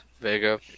Vega